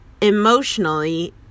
emotionally